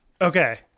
Okay